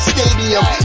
Stadium